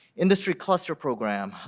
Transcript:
industry cluster program.